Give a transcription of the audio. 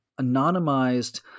anonymized